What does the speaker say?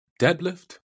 deadlift